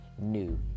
new